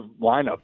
lineup